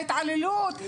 ההתעללות,